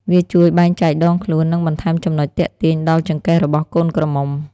វាជួយបែងចែកដងខ្លួន និងបន្ថែមចំណុចទាក់ទាញដល់ចង្កេះរបស់កូនក្រមុំ។